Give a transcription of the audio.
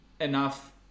enough